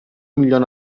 milyon